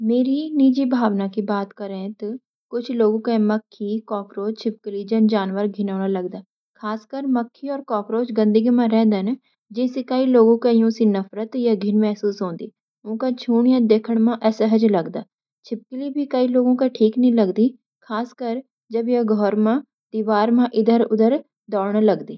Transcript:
मेरी निजी भावना का बात करें, तो कूंछ लोगां का मक्खी, कॉकरोच और छिपकली जैन्ं जानवर घिनौने लागदा। खासकर मक्खी और कॉकरोच गंदगी मा रहदन, जि से कई लोगां का इनसे नफरत या घिन महसूस होंदी। उन्का छूण या देखणा भी असहज लगणा। छिपकली भी कई लोगां का ठीक ना लागदी, खासकर जब यो घर मा दीवार मा इधर-उधर दौंडण लगदी।